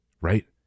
Right